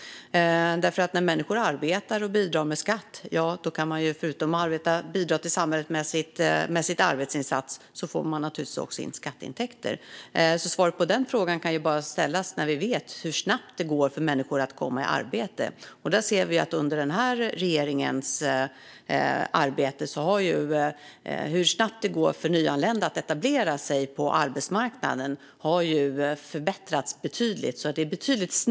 När människor arbetar och bidrar med skatt får samhället naturligtvis också in skatteintäkter, förutom att människor bidrar till samhället med sin arbetsinsats. Svaret på frågan kan alltså bara ges när vi vet hur snabbt det går för människor att komma i arbete. När det gäller hur snabbt det går för nyanlända att etablera sig på arbetsmarknaden ser vi att detta har förbättrats betydligt under den här regeringens tid.